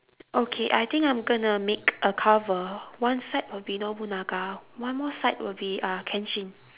okay I think I'm going to make a cover one side will be nobunaga one more side will be uh kenshin